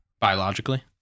biologically